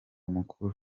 mukuru